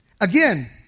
Again